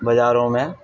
بازاروں میں